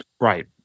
Right